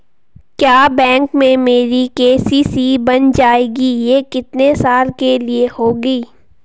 क्या बैंक में मेरी के.सी.सी बन जाएगी ये कितने साल के लिए होगी?